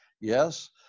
Yes